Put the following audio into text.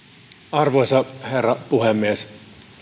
arvoisa herra puhemies